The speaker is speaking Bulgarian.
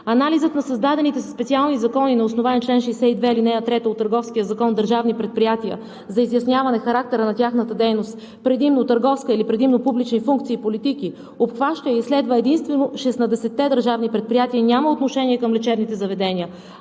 Анализът на създадените със специални закони на основание чл. 62, ал. 3 от Търговския закон държавни предприятия за изясняване характера на тяхната дейност – предимно търговска или предимно публични функции и политики, обхваща и следва единствено 16 държавни предприятия, и няма отношение към лечебните заведения.